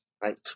Right